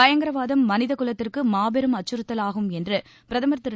பயங்கரவாதம் மனித குலத்திற்கு மாபெரும் அச்சுறுத்தலாகும் என்று பிரதமர் திரு